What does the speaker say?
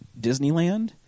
Disneyland